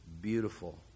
beautiful